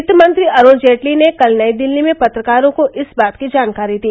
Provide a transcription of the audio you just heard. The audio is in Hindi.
वित्त मंत्री अरूण जेटली ने कल नई दिल्ली में पत्रकारों को इस बात की जानकारी दी